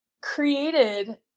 created